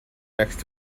next